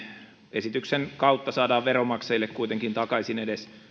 esityksen kautta saadaan veronmaksajille kuitenkin takaisin edes